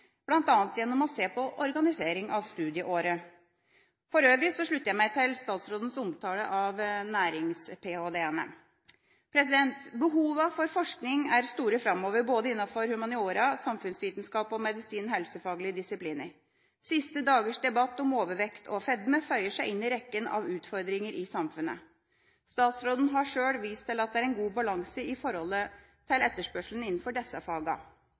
gjennom å se på organiseringen av studieåret. For øvrig slutter jeg meg til statsrådens omtale av nærings-ph.d.-ene. Behovet for forskning er stort framover, innenfor både humaniora, samfunnsvitenskap og medisin/helsefaglige disipliner. Siste dagers debatt om overvekt og fedme føyer seg inn i rekken av utfordringer i samfunnet. Statsråden har sjøl vist til at det er en god balanse i forhold til etterspørselen innenfor disse